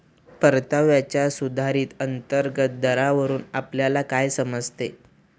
परताव्याच्या सुधारित अंतर्गत दरावरून आपल्याला काय समजते?